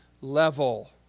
level